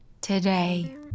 today